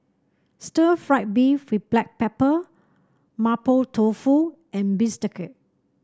Stir Fried Beef with Black Pepper Mapo Tofu and Bistake